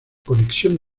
conexión